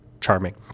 charming